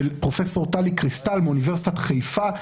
פרופסור טלי קריסטל מאוניברסיטת חיפה,